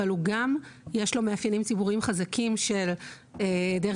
וגם יש לו מאפיינים ציבוריים חזקים של דרך